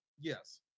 Yes